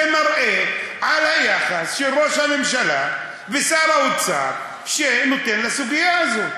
זה מראה על היחס של ראש הממשלה ושל שר האוצר לסוגיה הזאת.